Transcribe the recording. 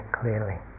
clearly